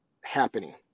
happening